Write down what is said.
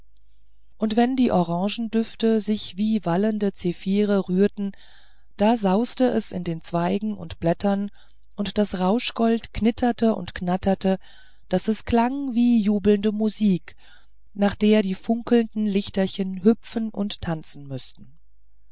und wenn die orangendüfte sich wie wallende zephire rührten da sauste es in den zweigen und blättern und das rauschgold knitterte und knatterte daß es klang wie jubelnde musik nach der die funkelnden lichterchen hüpfen und tanzen müßten